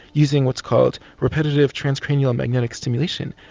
using what's called repetitive trans-cranial magnetic stimulation,